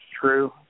true